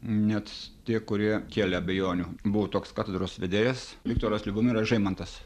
net tie kurie kėlė abejonių buvo toks katedros vedėjas viktoras liubomiras žeimantas